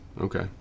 Okay